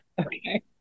Okay